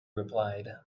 replied